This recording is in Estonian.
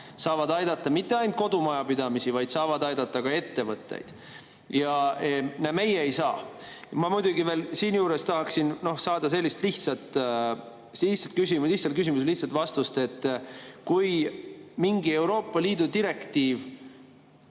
saavad aidata mitte ainult kodumajapidamisi, vaid saavad aidata ka ettevõtteid. Aga meie ei saa. Ma muidugi siinjuures tahaksin saada üht lihtsat [vastust] lihtsale küsimusele. Lihtsat vastust! Kui mingi Euroopa Liidu direktiiv